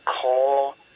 call